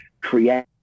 Create